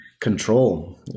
control